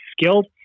skilled